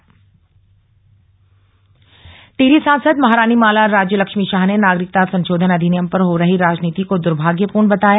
समीक्षा बैठक टिहरी टिहरी सांसद महारानी माला राज्य लक्ष्मी शाह ने नागरिकता संशोधन अधिनियम पर हो रही राजनीति को द्र्भाग्यपूर्ण बताया